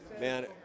Man